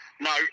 No